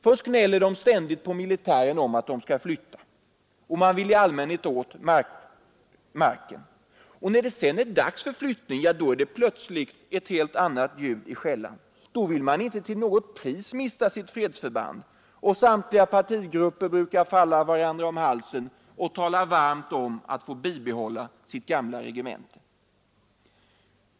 Först gnäller de ständigt på militären om att denna skall flytta och man vill åt marken. När det sedan är dags för flyttning blir det plötsligt helt annat ljud i skällan. Då vill man inte till något pris mista sitt fredsförband, och samtliga partigrupper brukar falla varandra om halsen och tala varmt för att man skall få behålla sitt gamla regemente.